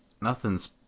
nothing's